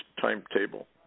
timetable